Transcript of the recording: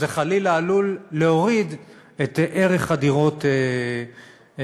זה חלילה עלול להוריד את ערך הדירות בשכונה.